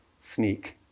sneak